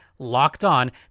LOCKEDON